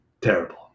terrible